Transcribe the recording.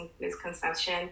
misconception